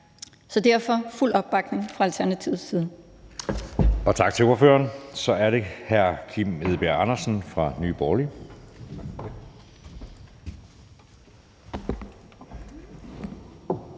er der fuld opbakning fra Alternativets side.